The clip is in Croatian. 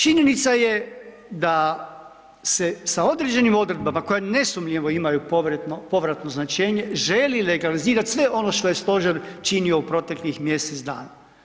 Činjenica je da se sa određenim odredbama koje nesumnjivo imaju povratno značenje želi legalizirat sve ono što je stožer činio u proteklih mjesec dana.